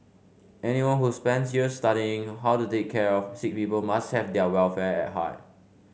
anyone who spends years studying how to take care of sick people must have their welfare at heart